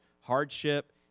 hardship